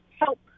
help